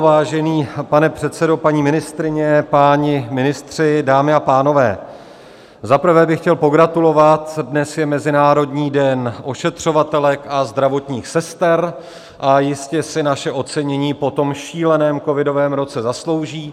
Vážený pane předsedo, paní ministryně, páni ministři, dámy a pánové, za prvé bych chtěl pogratulovat, dnes je Mezinárodní den ošetřovatelek a zdravotních sester a jistě si naše ocenění po tom šíleném covidovém roce zaslouží.